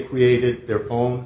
created their own